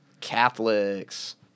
Catholics